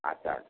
আচ্ছা আচ্ছা